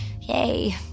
yay